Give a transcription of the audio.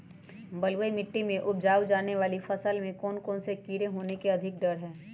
बलुई मिट्टी में उपजाय जाने वाली फसल में कौन कौन से कीड़े होने के अधिक डर हैं?